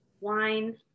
wine